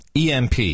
EMP